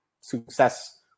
success